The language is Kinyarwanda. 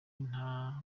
nta